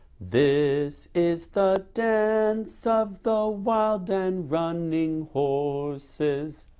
this is is the dance of the wild and running horses.